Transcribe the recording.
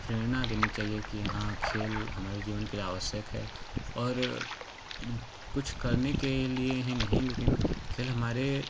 प्रेरणा देनी चाहिए कि हाँ खेल हमारे जीवन के लिए आवश्यक है और कुछ करने के ही लिए ही नहीं लेकिन खेल हमारे